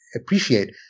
appreciate